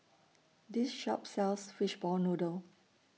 This Shop sells Fishball Noodle